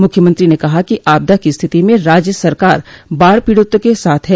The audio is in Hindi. मुख्यमंत्री ने कहा कि आपदा की स्थिति में राज्य सरकार बाढ़ पीड़ितों के साथ है